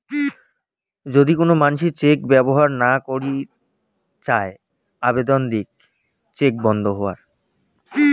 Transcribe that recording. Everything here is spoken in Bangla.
যদি কোন মানসি চেক ব্যবহর না করত চাই সে আবেদন দিয়ে চেক স্টপ করত পাইচুঙ